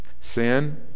Sin